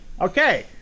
Okay